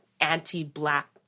anti-Black